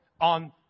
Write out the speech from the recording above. on